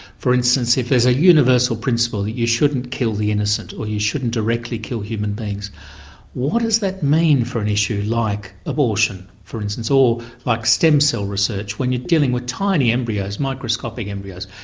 for instance if there's a universal principle that you shouldn't kill the innocent or you shouldn't directly kill human beings what does that mean for an issue like abortion for instance? or like stem cell research when you're dealing with tiny embryos, microscopic embryos?